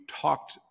talked